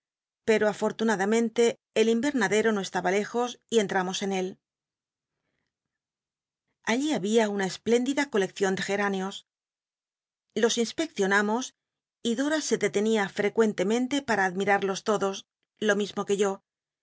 pero afor una damenle el invernadero no estaba lejos y entramos en él allí habi una espléndida coleccion de geranios los inspeccionamos y dora se detenía frecuentemente para admi rarlos todos lo mismo que yo